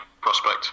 prospect